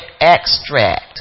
extract